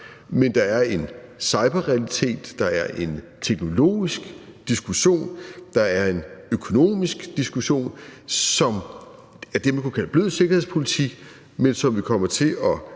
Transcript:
men der er en cyberrealitet, der er en teknologisk diskussion, der er en økonomisk diskussion, som er det, man kunne kalde blød sikkerhedspolitik, men som vi kommer til at